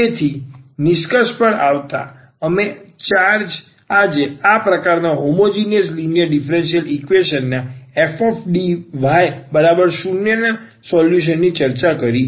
તેથી નિષ્કર્ષ પર આવતા અમે આજે આ પ્રકારનાં હોમોજીનીયસ લિનિયર ડીફરન્સીયલ ઈક્વેશન ના fDy0 સોલ્યુશનની ચર્ચા કરી છે